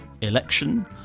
election